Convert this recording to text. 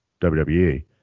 WWE